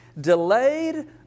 Delayed